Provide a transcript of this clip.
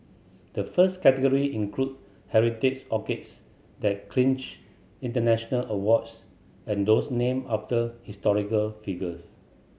the first category include heritage orchids that clinched international awards and those named after historical figures